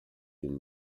den